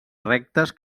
rectes